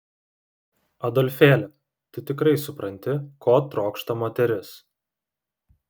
adolfėli tu tikrai supranti ko trokšta moteris